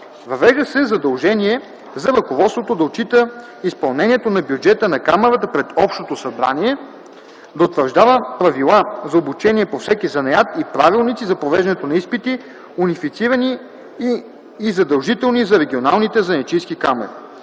Въвежда се задължение за ръководството да отчита изпълнението на бюджета на камарата пред Общото събрание, да утвърждава правила за обучение по всеки занаят и правилници за провеждането на изпити, унифицирани и задължителни за регионалните занаятчийски камари.